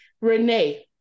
Renee